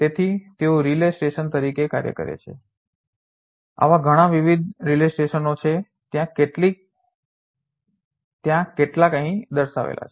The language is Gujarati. તેથી તેઓ રિલે સ્ટેશન તરીકે કાર્ય કરે છે આવા ઘણાં વિવિધ રિલે સ્ટેશનો છે ત્યાં કેટલાક અહીં દર્શાવેલા છે